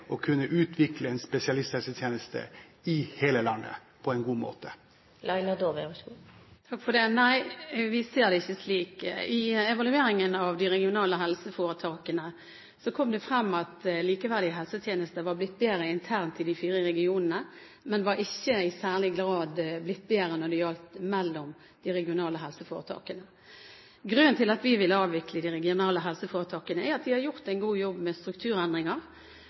å kunne utvikle en spesialisthelsetjeneste i hele landet på en god måte? Nei, vi ser det ikke slik. I evalueringen av de regionale helseforetakene kom det frem at likeverdige helsetjenester var blitt bedre internt i de fire regionene, men det var ikke i særlig grad blitt bedre når det gjaldt mellom de regionale helseforetakene. Grunnen til at vi vil avvikle de regionale helseforetakene, er at de har gjort en god jobb med strukturendringer,